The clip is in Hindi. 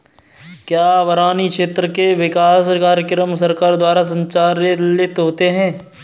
क्या बरानी क्षेत्र के विकास कार्यक्रम सरकार द्वारा संचालित होते हैं?